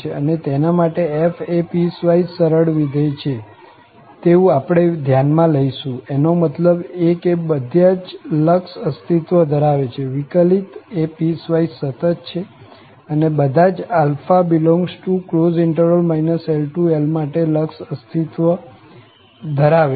અને તેના માટે f એ પીસવાઈસ સરળ વિધેય છે તેવું આપણે ધ્યાન માં લઈશું એનો મતલબ કે બધા જ લક્ષ અસ્તિત્વ ધરાવે છે વિકલિત એ પીસવાઈસ સતત છે અને બધા જ a∈ LL માટે લક્ષ અસ્તિત્વ ધરાવે છે